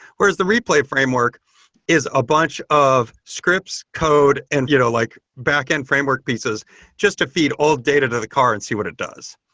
whereas the replay framework is a bunch of scripts, code and you know like backend framework pieces just to feed all data to the car and see what it does.